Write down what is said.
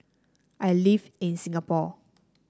I live in Singapore